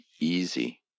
easy